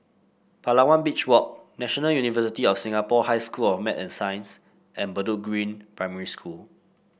Palawan Beach Walk National University of Singapore High School of Math and Science and Bedok Green Primary School